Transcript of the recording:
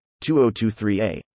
2023A